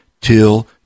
till